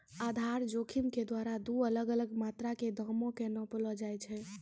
आधार जोखिम के द्वारा दु अलग अलग मात्रा के दामो के नापलो जाय छै